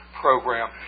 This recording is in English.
program